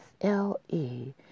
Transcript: SLE